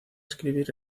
escribir